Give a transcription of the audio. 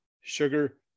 sugar